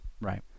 Right